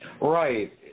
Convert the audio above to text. Right